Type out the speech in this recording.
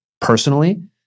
personally